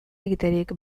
egiterik